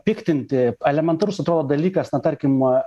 piktinti elementarus atrodo dalykas na tarkim